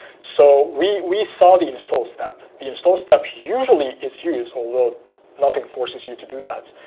so we we saw the install step. the install step usually is used, although nothing forces you to do that.